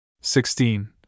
sixteen